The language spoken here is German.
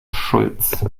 schulz